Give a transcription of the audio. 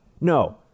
no